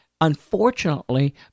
Unfortunately